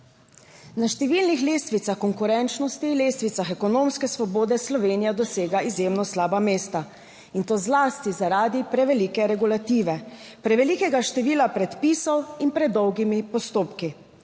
Na številnih lestvicah konkurenčnosti, lestvicah ekonomske svobode, Slovenija dosega izjemno slaba mesta in to zlasti zaradi prevelike regulative, prevelikega števila predpisov in predolgimi postopki.